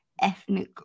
ethnic